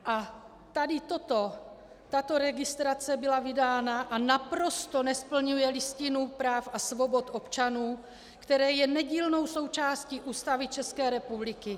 A tady tato registrace byla vydána a naprosto nesplňuje Listinu práv a svobod občanů, která je nedílnou součástí Ústavy České republiky.